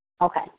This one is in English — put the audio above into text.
Okay